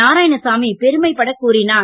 நாராயணசாமி பெருமை படக் கூறினார்